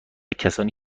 کسانی